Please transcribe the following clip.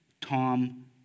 Tom